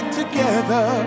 together